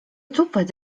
tupet